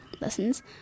lessons